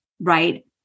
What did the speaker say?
right